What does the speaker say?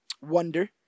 wonder